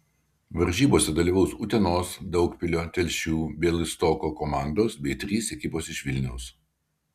varžybose dalyvaus utenos daugpilio telšių bialystoko komandos bei trys ekipos iš vilniaus